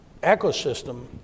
Ecosystem